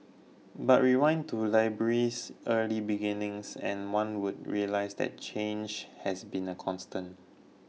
but rewind to library's early beginnings and one would realise that change has been a constant